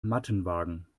mattenwagen